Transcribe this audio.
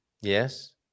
Yes